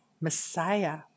Messiah